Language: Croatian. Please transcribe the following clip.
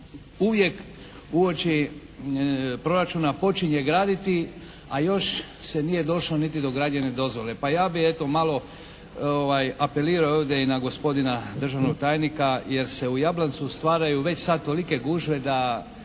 uvijek uoči proračuna počinje graditi, a još se nije došlo niti do građevne dozvole, pa ja bih eto malo apelirao ovdje i na gospodina državnog tajnika jer se u Jablancu stvaraju već sad tolike gužve da